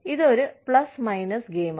ഇതൊരു plus minus ഗെയിമാണ്